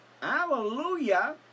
Hallelujah